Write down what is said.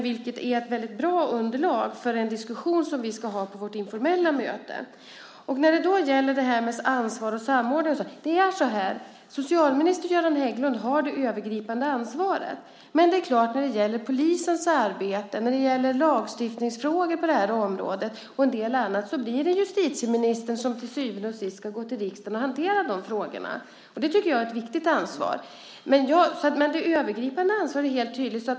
Det är ett väldigt bra underlag för den diskussion vi ska ha på vårt informella möte. När det gäller detta med ansvar och samordning är det socialminister Göran Hägglund som har det övergripande ansvaret. Det är dock klart att när det handlar om polisens arbete, lagstiftningsfrågor på området och en del annat så blir det justitieministern som till syvende och sist ska gå till riksdagen och hantera de frågorna. Det tycker jag är ett viktigt ansvar. Det övergripande ansvaret är dock helt tydligt.